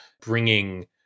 bringing